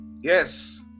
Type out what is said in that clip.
Yes